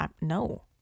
no